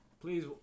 please